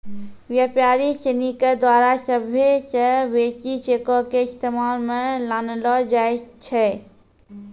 व्यापारी सिनी के द्वारा सभ्भे से बेसी चेको के इस्तेमाल मे लानलो जाय छै